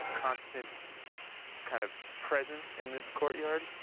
constant kind of presence in this courtyard?